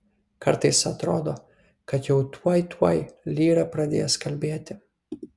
kartais atrodo kad jau tuoj tuoj lyra pradės kalbėti